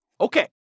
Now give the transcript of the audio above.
Okay